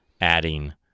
adding